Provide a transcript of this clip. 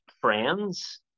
friends